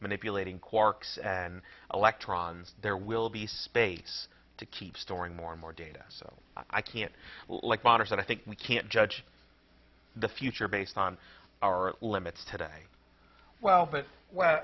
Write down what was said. manipulating quarks and electrons there will be space to keep storing more and more data so i can't like mater so i think we can't judge the future based on our limits today well